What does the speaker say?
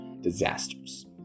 disasters